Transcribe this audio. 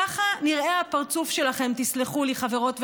ככה נראה הפרצוף שלכם, תסלחו לי, חברות וחברים,